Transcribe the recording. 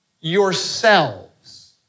yourselves